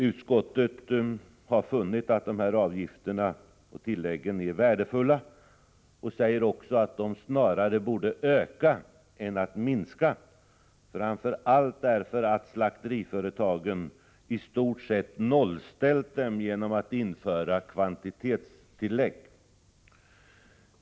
Utskottet har funnit att dessa avgifter och tillägg är värdefulla och att de snarare borde öka än minska, framför allt därför att slakteriföretagen i stort sett nollställt dem genom att införa kvantitetstillägg.